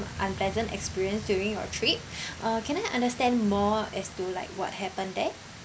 unpleasant experience during your trip uh can I understand more as to like what happened there